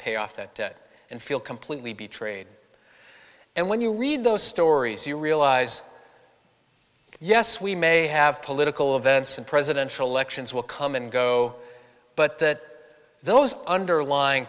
pay off that debt and feel completely be traded and when you read those stories you realize yes we may have political events and presidential elections will come and go but that those underlying